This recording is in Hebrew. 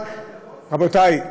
רבותי,